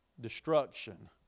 destruction